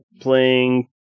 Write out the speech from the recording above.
playing